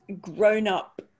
grown-up